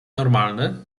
normalny